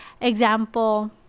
Example